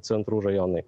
centrų rajonai